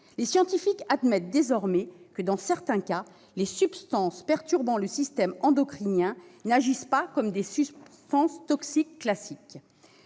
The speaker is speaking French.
Les scientifiques admettent désormais que, dans certains cas, les substances perturbant le système endocrinien n'agissent pas comme des substances toxiques classiques.